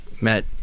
met